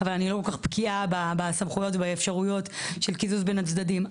אבל אני לא כל כך בקיאה בסמכויות ובאפשרויות של קיזוז בין הצדדים,